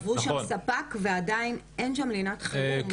עברו שם ספק ועדיין אין שם לינת חירום, זה דרמטי.